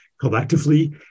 collectively